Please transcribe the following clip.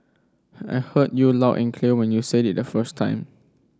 I heard you loud and clear when you said it the first time